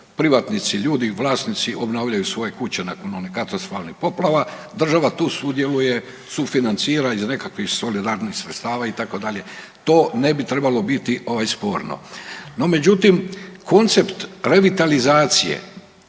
Privatnici, ljudi, vlasnici obnavljaju svoje kuće nakon onih katastrofalnih poplava. Država tu sudjeluje sufinancira iz nekakvih solidarnih sredstava itd. To ne bi trebalo biti sporno. No međutim, koncept revitalizacije